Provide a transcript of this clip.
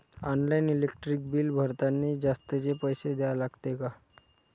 Online electric bill भरतानी जास्तचे पैसे द्या लागते का?